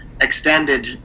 extended